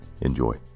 Enjoy